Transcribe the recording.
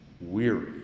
weary